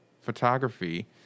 photography